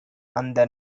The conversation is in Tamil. அந்த